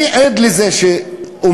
אני עד לזה שאומנם,